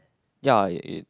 ya it it